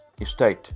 estate